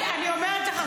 אני אומרת לך,